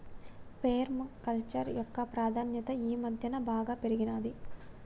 పేర్మ culture యొక్క ప్రాధాన్యత ఈ మధ్యన బాగా పెరిగినాది